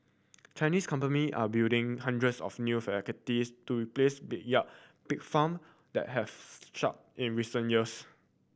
Chinese company are building hundreds of new facilities to replace backyard pig farm that have shut in recent years